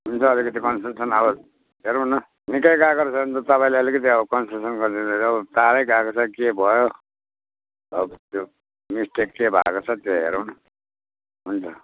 हुन्छ अलिकति कन्सेसन अब हेरौँ न निकै गएको रहेछ भने त तपाईँले अलिकति अब कन्सेसन गरिदिनु पर्छ अब तारै गएको छ के भयो अब त्यो मिस्टेक चाहिँ के भएको छ त्यो हेरौँ न हुन्छ